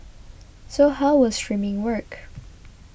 so how will streaming work